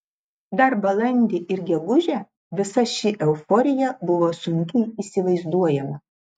dar balandį ir gegužę visa ši euforija buvo sunkiai įsivaizduojama